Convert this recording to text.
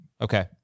Okay